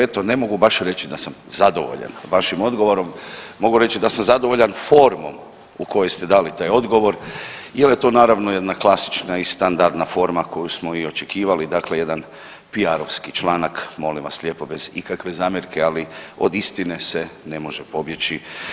Eto, ne mogu baš reći da sam zadovoljan vašim odgovorom, mogu reći da sam zadovoljan formom u kojoj ste dali taj odgovor jer je to naravno jedna klasična i standardna forma koju smo i očekivali, dakle jedan PR-ovski članak, molim vas lijepo, bez ikakve zamjerke, ali od istine se ne može pobjeći.